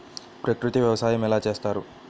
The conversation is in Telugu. ప్రకృతి వ్యవసాయం ఎలా చేస్తారు?